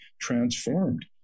transformed